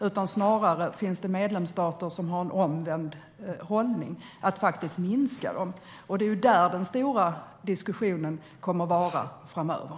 Det finns medlemsstater som snarare har en omvänd hållning; de vill minska sanktionerna. Det är det som den stora diskussionen kommer att handla om framöver.